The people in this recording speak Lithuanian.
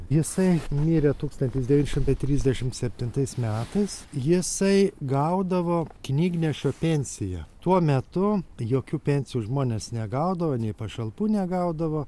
jisai mirė tūkstantis devyni šimtai trisdešimt septintais metais jisai gaudavo knygnešio pensiją tuo metu jokių pensijų žmonės negaudavo nei pašalpų negaudavo